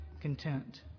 content